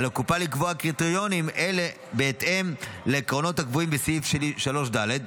על הקופה לקבוע קריטריונים אלה בהתאם לעקרונות הקבועים בסעיף 3(ד)